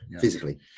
physically